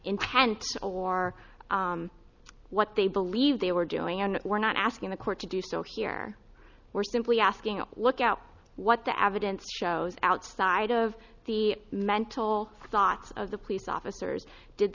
war what they believe they were doing and were not asking the court to do so here were simply asking a lookout what the evidence shows outside of the mental thoughts of the police officers did